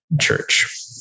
church